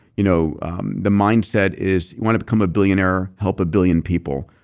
you know the mindset is you want to become a billionaire, help a billion people.